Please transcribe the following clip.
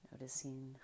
noticing